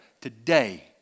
today